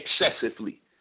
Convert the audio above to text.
excessively